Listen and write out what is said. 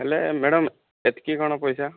ହେଲେ ମ୍ୟାଡ଼ାମ ଏତିକି କ'ଣ ପଇସା